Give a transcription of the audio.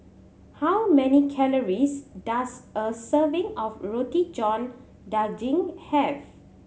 how many calories does a serving of Roti John Daging have